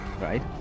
Right